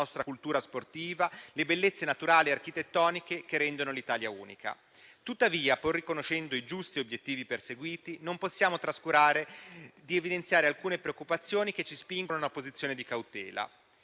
cultura sportiva, le bellezze naturali e architettoniche che rendono l'Italia unica. Tuttavia, pur riconoscendo i giusti obiettivi perseguiti, non possiamo trascurare di evidenziare alcune preoccupazioni che ci spingono a una posizione di cautela.